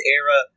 era